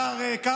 אבל השר קרעי,